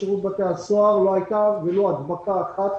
בשירות בתי הסוהר לא הייתה ולו הדבקה אחת